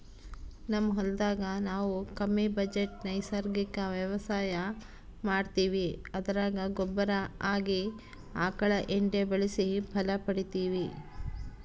ನಮ್ ಹೊಲದಾಗ ನಾವು ಕಮ್ಮಿ ಬಜೆಟ್ ನೈಸರ್ಗಿಕ ವ್ಯವಸಾಯ ಮಾಡ್ತೀವಿ ಅದರಾಗ ಗೊಬ್ಬರ ಆಗಿ ಆಕಳ ಎಂಡೆ ಬಳಸಿ ಫಲ ಪಡಿತಿವಿ